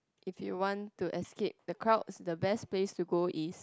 if you want to escape the crowds the best place to go is